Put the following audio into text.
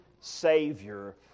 Savior